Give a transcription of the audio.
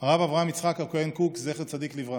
הרב אברהם יצחק הכהן קוק, זכר צדיק לברכה,